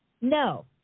No